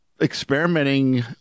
experimenting